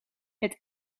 het